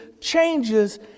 changes